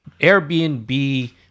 Airbnb